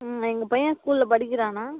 ம் எங்கள் பையன் ஸ்கூலில் படிக்கிறானா